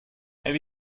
have